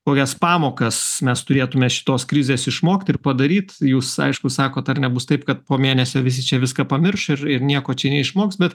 kokias pamokas mes turėtume šitos krizės išmokt ir padaryt jūs aišku sakot ar nebus taip kad po mėnesio visi čia viską pamirš ir ir nieko čia neišmoks bet